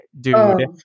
dude